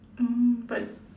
mm but